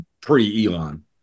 pre-Elon